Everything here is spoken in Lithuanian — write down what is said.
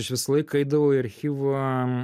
aš visą laiką eidavau į archyvą